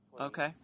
okay